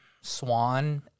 Swan